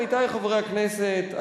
עמיתי חברי הכנסת,